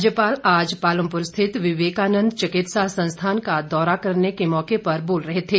राज्यपाल आज पालमपुर स्थित विवेकानंद चिकित्सा संस्थान का दौरा करने के मौके पर बोल रहे थे